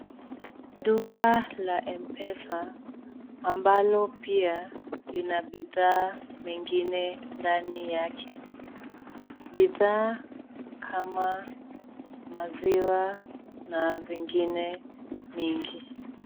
Duka la Mpesa ambalo pia lina bidhaa mengine ndani yake. Bidhaa kama maziwa na vingine vingi.